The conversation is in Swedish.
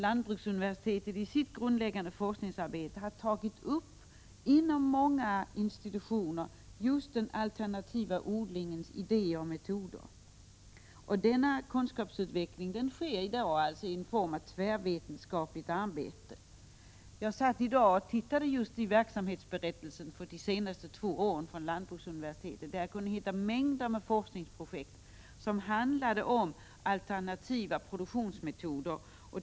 Lantbruksinstitutet har i sitt grundläggande forskningsarbete inom många institutioner tagit upp just den alternativa odlingens idéer och metoder. Denna kunskapsutveckling sker i dag i form av tvärvetenskapligt arbete. Jag satt i dag och såg på verksamhetsberättelserna under de senaste två åren från lantbruksuniversitetet. Där kunde man hitta mängder av forskningsprojekt som handlade om alternativa produktionsmetoder.